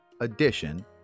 addition